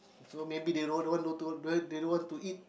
so maybe they don't want to do but they want to eat